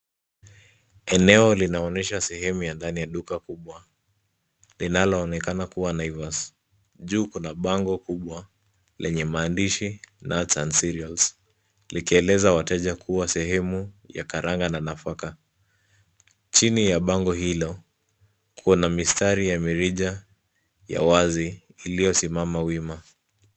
Eneo linaonyesha sehemu ya ndani ya duka kubwa linaloonekana kuwa Naivas juu kuna bango kubwa lenye maandishi nuts and cereals likieleza wateja kuwa ni sehemu ya karanga na nafaka chini ya bango hilo kuna mistari ya mirija ya wazi iliyosimama wima.